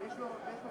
ומין.